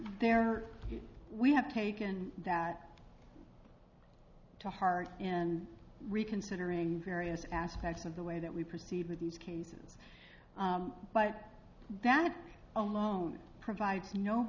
there we have taken that to heart and reconsidering various aspects of the way that we proceed with these cases but that alone provides no